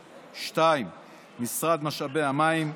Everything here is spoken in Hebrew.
2. משרד משאבי המים,